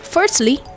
Firstly